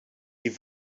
die